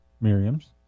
Miriam's